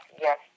yes